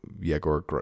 Yegor